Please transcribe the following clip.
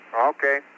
Okay